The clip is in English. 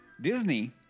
Disney